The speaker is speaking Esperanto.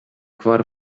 kvar